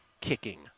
kicking